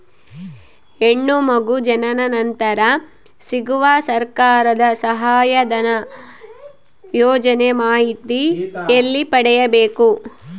ಹೆಣ್ಣು ಮಗು ಜನನ ನಂತರ ಸಿಗುವ ಸರ್ಕಾರದ ಸಹಾಯಧನ ಯೋಜನೆ ಮಾಹಿತಿ ಎಲ್ಲಿ ಪಡೆಯಬೇಕು?